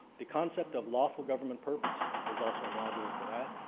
the concept of lawful government purpose, there's also a module for that.